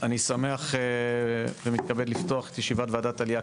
אני שמח ומתכבד לפתוח את ישיבת ועדת העלייה,